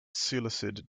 seleucid